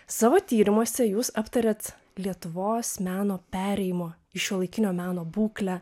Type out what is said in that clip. savo tyrimuose jūs aptariat lietuvos meno perėjimo į šiuolaikinio meno būklę